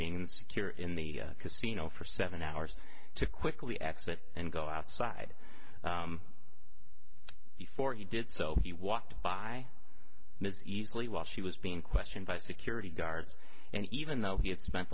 that secure in the casino for seven hours to quickly exit and go outside before he did so he walked by ms easily while she was being questioned by security guards and even though he had spent